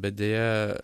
bet deja